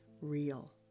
real